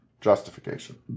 justification